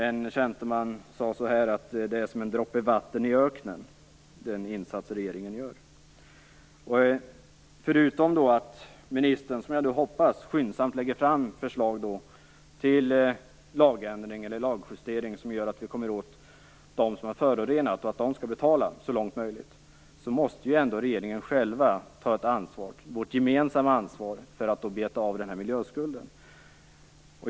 En tjänsteman sade att den insats som regeringen gör är som en droppe vatten i öknen. Förutom att ministern skyndsamt lägger fram förslag, vilket jag hoppas, till en lagändring eller lagjustering som gör att vi kommer åt dem som har förorenat så att de skall betala så långt möjligt, måste ju ändå regeringen själv ta ett ansvar, vårt gemensamma ansvar, för att beta av miljöskulden.